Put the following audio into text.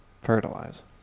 fertilize